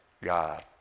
God